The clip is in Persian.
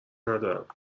ندارم